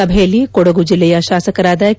ಸಭೆಯಲ್ಲಿ ಕೊಡಗು ಜಿಲ್ಲೆಯ ಶಾಸಕರಾದ ಕೆ